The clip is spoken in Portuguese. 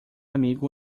amigo